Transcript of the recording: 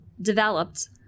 developed